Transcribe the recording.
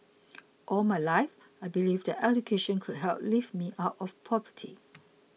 all my life I believed that education could help lift me out of poverty